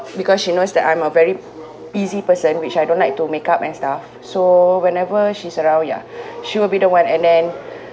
because she knows that I'm a very easy person which I don't like to make up and stuff so whenever she's around ya she will be the one and then